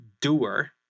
doer